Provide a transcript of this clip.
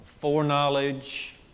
foreknowledge